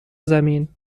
زمین